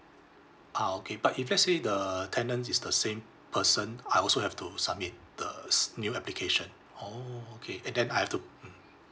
ah okay but if let's say the tenants is the same person I also have to submit the s~ new application oh okay and then I have to mm